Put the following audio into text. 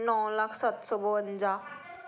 ਨੌਂ ਲੱਖ ਸੱਤ ਸੌ ਬਵੰਜਾ